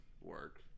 work